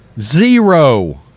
Zero